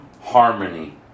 Harmony